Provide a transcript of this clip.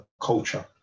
culture